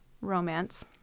romance